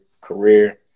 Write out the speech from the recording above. career